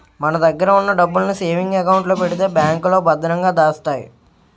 మన దగ్గర ఉన్న డబ్బుల్ని సేవింగ్ అకౌంట్ లో పెడితే బ్యాంకులో భద్రంగా దాస్తాయి